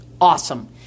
Awesome